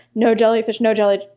no jellyfish, no jelly,